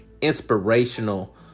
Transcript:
inspirational